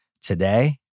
today